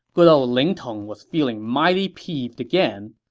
good ol' ling tong was feeling mighty peeved again.